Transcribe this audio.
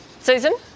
Susan